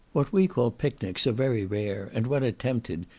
what we call picnics are very rare, and when attempted,